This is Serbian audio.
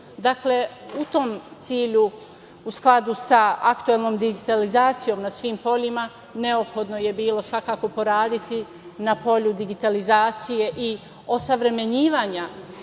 Dakle, u tom cilju, u skladu sa aktuelnom digitalizacijom na svim poljima, neophodno je bilo svakako poraditi na polju digitalizacije i osavremenjivanja